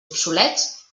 obsolets